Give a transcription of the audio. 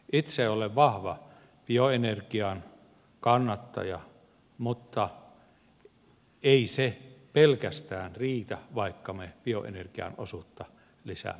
itse olen vahva bioenergian kannattaja mutta ei se pelkästään riitä vaikka me bioenergian osuutta lisäämme vahvastikin